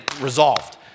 resolved